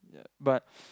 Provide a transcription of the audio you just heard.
but